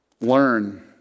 learn